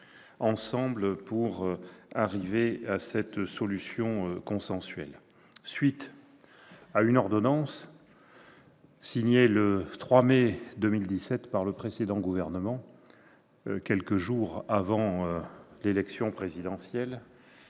ensemble pour parvenir à cette solution consensuelle. À la suite d'une ordonnance signée le 3 mai 2017 par le précédent gouvernement, quelques jours avant l'élection présidentielle,